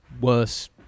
worse